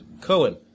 Cohen